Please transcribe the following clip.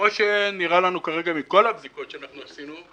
כפי שנראה לנו כרגע מכל הבדיקות שעשינו,